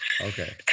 Okay